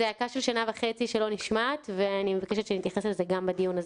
זו זעקה של שנה וחצי שלא נשמעת ואני מבקשת שנתייחס לזה גם בדיון הזה.